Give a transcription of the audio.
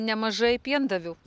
nemažai piendavių